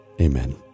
Amen